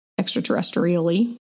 extraterrestrially